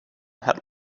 had